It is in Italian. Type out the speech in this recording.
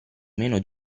meno